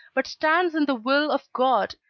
but stands in the will of god,